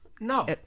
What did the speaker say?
No